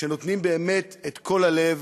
שנותנים באמת את כל הלב,